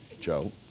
Joe